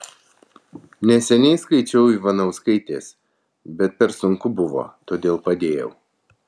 neseniai skaičiau ivanauskaitės bet per sunku buvo todėl padėjau